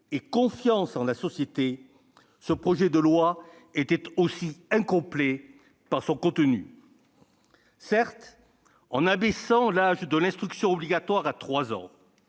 et confiance en la société, ce projet de loi était incomplet par son contenu. Certes, en abaissant l'âge de l'instruction obligatoire à 3 ans,